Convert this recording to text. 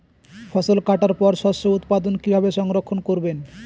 ফসল কাটার পর শস্য উৎপাদন কিভাবে সংরক্ষণ করবেন?